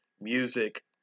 music